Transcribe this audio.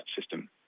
system